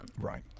Right